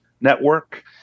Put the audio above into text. network